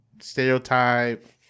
Stereotype